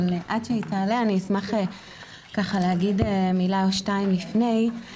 עד שהיא תעלה אני אשמח להגיד מילה או שתיים לפני.